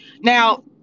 Now